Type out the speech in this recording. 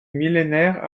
millénaire